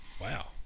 Wow